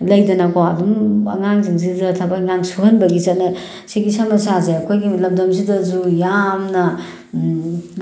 ꯂꯩꯗꯅꯀꯣ ꯑꯗꯨꯝ ꯑꯉꯥꯡꯁꯤꯡꯁꯤꯗ ꯊꯕꯛ ꯏꯪꯈꯥꯡ ꯁꯨꯍꯟꯕꯒꯤ ꯁꯤꯒꯤ ꯁꯃꯁ꯭ꯌꯥꯁꯦ ꯑꯩꯈꯣꯏꯒꯤ ꯂꯝꯗꯝꯁꯤꯗꯁꯨ ꯌꯥꯝꯅ